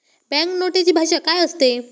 Bank नोटेची भाषा काय असते?